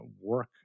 work